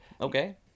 Okay